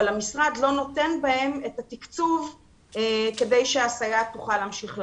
אבל המשרד לא נותן בהם את התקצוב כדי שהסייעת תוכל להמשיך לעבוד.